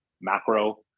macro